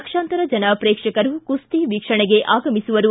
ಲಕ್ಷಾಂತರ ಜನ ಪ್ರೇಕ್ಷಕರು ಕುಸ್ತಿ ವೀಕ್ಷಣೆಗೆ ಆಗಮಿಸುವರು